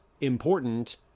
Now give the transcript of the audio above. important